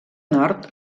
nord